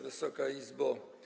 Wysoka Izbo!